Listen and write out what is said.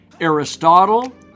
Aristotle